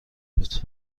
بود